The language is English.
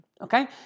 okay